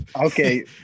Okay